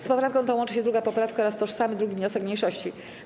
Z poprawką tą łączy się 2. poprawka oraz tożsamy 2. wniosek mniejszości.